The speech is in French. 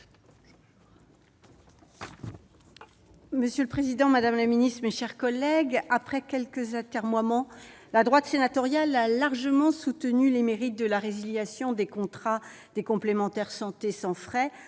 Monsieur le président, madame la ministre, mes chers collègues, après quelques atermoiements, la droite sénatoriale a largement soutenu le principe de la résiliation sans frais des contrats des complémentaires santé à n'importe